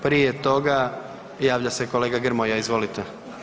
Prije toga javlja se kolega Grmoja, izvolite.